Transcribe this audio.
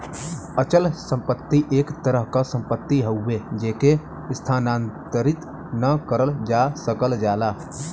अचल संपत्ति एक तरह क सम्पति हउवे जेके स्थानांतरित न करल जा सकल जाला